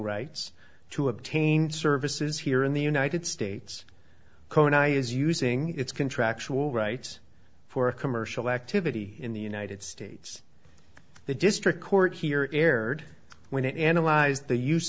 rights to obtain services here in the united states kona is using its contractual rights for a commercial activity in the united states the district court here erred when it analyzed the use